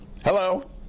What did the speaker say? Hello